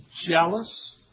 jealous